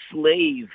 slave